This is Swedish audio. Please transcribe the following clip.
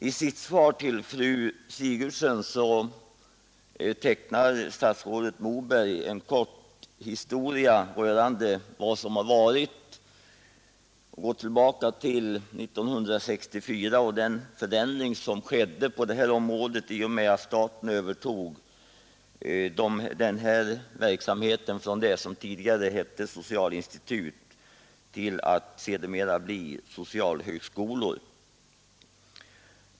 I sitt svar till fru Sigurdsen tecknar statsrådet Moberg i korthet en historik av frågan, och han går därvid tillbaka till 1964. Det året övertog staten verksamheten från de dåvarande socialinstituten, och utbildningen ges nu vid socialhögskolor.